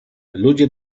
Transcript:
ludzie